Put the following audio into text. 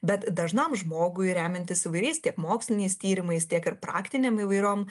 bet dažnam žmogui remiantis įvairiais tiek moksliniais tyrimais tiek ir praktinėm įvairiom